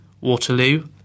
Waterloo